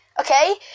okay